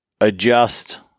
adjust